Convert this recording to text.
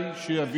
כדאי שתבינו,